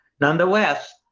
Nonetheless